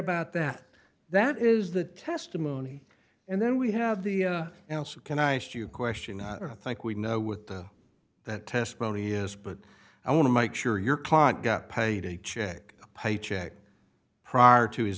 about that that is the testimony and then we have the answer can i ask you question i think we know with that testimony is but i want to make sure your client got paid a check paycheck prior to his